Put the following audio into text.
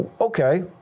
okay